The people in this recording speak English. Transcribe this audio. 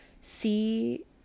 see